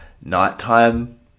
nighttime